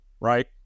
right